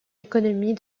économie